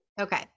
Okay